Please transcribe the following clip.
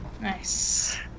Nice